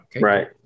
Right